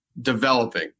Developing